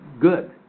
good